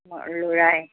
অঁ ল'ৰাই